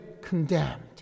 condemned